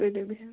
تُلِو بِہِو